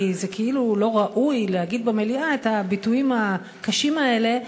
כי כאילו לא ראוי להגיד במליאה את הביטויים הקשים האלה,